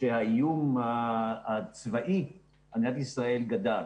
שהאיום הצבאי על מדינת ישראל גדל.